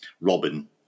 Robin